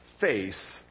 face